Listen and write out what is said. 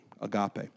agape